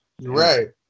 Right